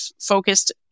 focused